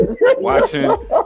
Watching